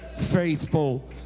faithful